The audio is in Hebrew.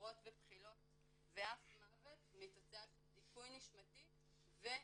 סחרחורות ובחילות ואף מוות כתוצאה של דיכוי נשמתי והתאבדות.